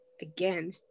again